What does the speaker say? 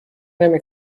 نمی